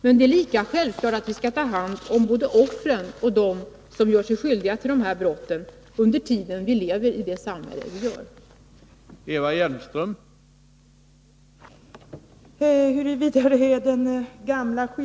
Men det är lika självklart att vi skall ta hand om både offren och dem som begår brotten i det samhälle som vi nu lever i.